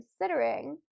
considering